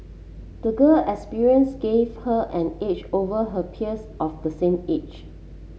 the girl experience gave her an edge over her peers of the same age